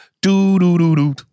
do-do-do-do